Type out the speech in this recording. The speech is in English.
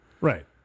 Right